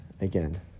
Again